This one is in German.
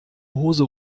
hose